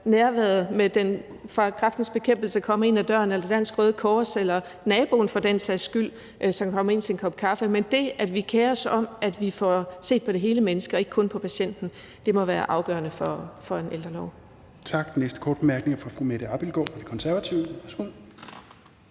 nærværet med den person fra Kræftens Bekæmpelse, Dansk Røde Kors eller naboen for den sags skyld, som kommer ind til en kop kaffe. Men det, at vi kerer os om, at vi får set på det hele menneske og ikke kun på patienten, må være afgørende for en ældrelov.